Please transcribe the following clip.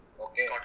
Okay